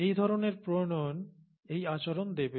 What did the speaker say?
এই ধরণের প্রণয়ন এই আচরণ দেবে